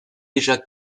déjà